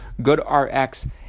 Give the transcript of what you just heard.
GoodRx